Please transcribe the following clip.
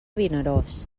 vinaròs